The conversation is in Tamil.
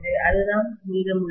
அதுதான் மீதமுள்ளது